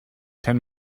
ten